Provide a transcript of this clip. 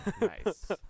Nice